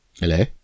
Hello